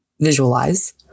visualize